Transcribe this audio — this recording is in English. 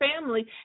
family